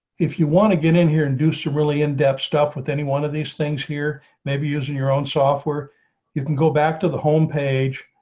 if you want to get in here and do some really in depth stuff with any one of these things here maybe using your own software you can go back to the homepage.